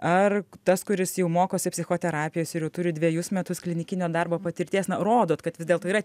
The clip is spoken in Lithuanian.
ar tas kuris jau mokosi psichoterapijos ir jau turi dvejus metus klinikinio darbo patirties na rodot kad vis dėlto yra